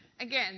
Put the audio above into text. Again